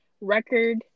record